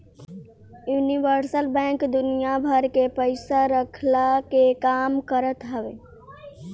universal bank दुनिया भर के पईसा रखला के काम करत हवे